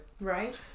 Right